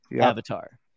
Avatar